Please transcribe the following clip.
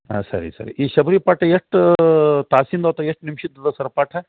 ಹಾಂ ಸರಿ ಸರಿ ಈ ಶಬರಿ ಪಾಠ ಎಷ್ಟು ತಾಸಿಂದು ಅಥ್ವಾ ಎಷ್ಟು ನಿಮ್ಷದ್ದು ಇದೆ ಸರ್ ಪಾಠ